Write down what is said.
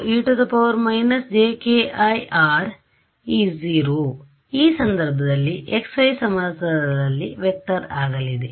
r E0 ಈ ಸಂದರ್ಭದಲ್ಲಿ x y ಸಮತಲದಲ್ಲಿ ವೆಕ್ಟರ್ ಆಗಲಿದೆ